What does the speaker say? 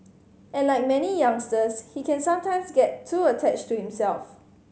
and like many youngsters he can sometimes get too attached to himself